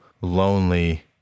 lonely